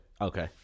okay